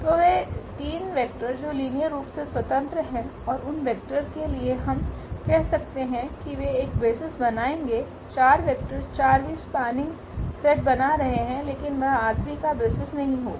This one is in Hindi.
तो वे 3 वेक्टर जो लीनियर रूप से स्वतंत्र हैं और उन वेक्टर के लिए हम कह सकते हैं कि वे एक बेसिस बनाएंगे 4 वेक्टर 4 भी स्पान्निंग सेट बना रहे है लेकिन वह R3 का बेसिस नहीं होगा